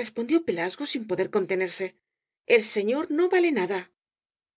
respondió pelasgo sin poder contenerse el señor no vale nada